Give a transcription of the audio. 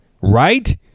right